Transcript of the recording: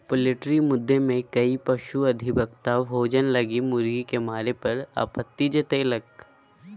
poultry मुद्दे में कई पशु अधिवक्ता भोजन लगी मुर्गी के मारे पर आपत्ति जतैल्कय